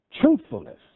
truthfulness